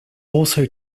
also